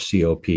COP